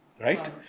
right